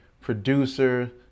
producer